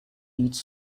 each